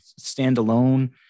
standalone